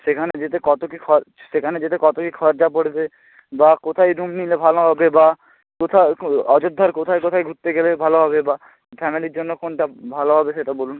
সেখানে যেতে কত কী খরচ সেখানে যেতে কত কী খরচা পড়বে বা কোথায় রুম নিলে ভালো হবে বা কোথায় অযোধ্যার কোথায় কোথায় ঘুরতে গেলে ভালো হবে বা ফ্যামিলির জন্য কোনটা ভালো হবে সেটা বলুন